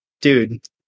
dude